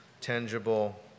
tangible